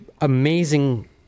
amazing